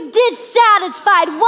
dissatisfied